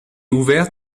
ouverte